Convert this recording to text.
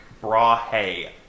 Brahe